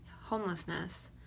homelessness